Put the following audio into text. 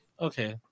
Okay